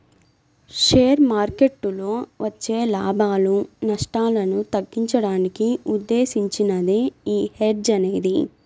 share మార్కెట్టులో వచ్చే లాభాలు, నష్టాలను తగ్గించడానికి ఉద్దేశించినదే యీ హెడ్జ్ అనేది